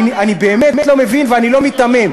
אני באמת לא מבין, ואני לא מיתמם.